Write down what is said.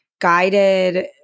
guided –